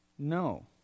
No